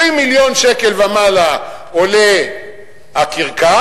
20 מיליון שקל ומעלה עולה הקרקס,